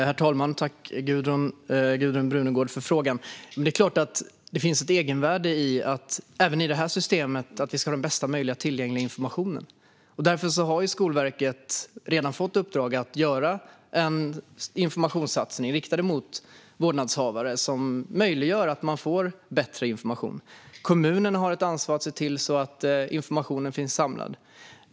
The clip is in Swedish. Herr talman! Jag tackar Gudrun Brunegård för frågan. Det är klart att det även i det här systemet finns ett egenvärde i att vi ska ha bästa möjliga tillgängliga information. Därför har Skolverket redan fått i uppdrag att göra en informationssatsning riktad mot vårdnadshavare. Den möjliggör att man får bättre information. Kommunerna har ansvar för att se till att informationen finns samlad.